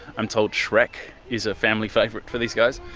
i'm told shrek is a family favourite for these guys.